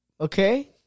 okay